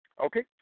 Okay